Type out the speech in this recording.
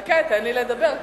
חכה, תן לי לדבר.